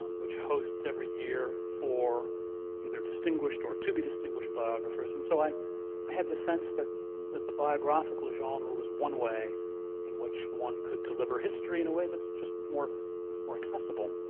um which hosts every year for either distinguished or to be distinguished biographers and so i i had the sense that that the biographical genre was one way in which one could deliver history in way that's just more accessible.